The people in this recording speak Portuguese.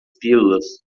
pílulas